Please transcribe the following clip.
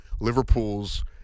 Liverpool's